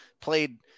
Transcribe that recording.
played